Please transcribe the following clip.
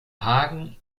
hagen